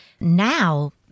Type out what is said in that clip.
now